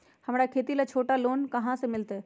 हमरा खेती ला छोटा लोने कहाँ से मिलतै?